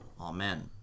Amen